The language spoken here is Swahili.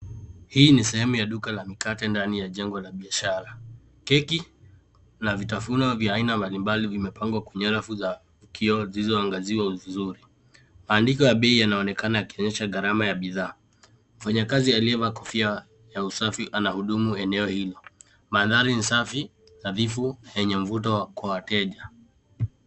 Hii ni sehemu ya duka la mikate ndani ya jengo la biashara. Keki na vitafuno vya aina mbalimbali vimepangwa kwenye rafu za kioo zilizoangaziwa vizuri. Maandiko ya bei yanaonekana yakionyesha gharama ya bidhaa. Mfanyikazi aliyevaa kofia ya usafi anahudumu eneo hilo. Mandhari ni safi nadhifu na yenye mvuto kwa wateja.